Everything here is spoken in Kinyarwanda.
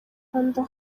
kanda